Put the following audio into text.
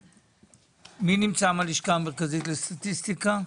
מי נמצא מהלשכה המרכזית לסטטיסטיקה?